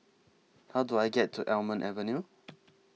How Do I get to Almond Avenue